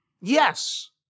Yes